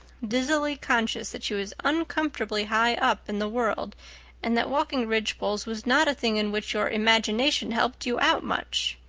dizzily conscious that she was uncomfortably high up in the world and that walking ridgepoles was not a thing in which your imagination helped you out much.